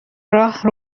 راه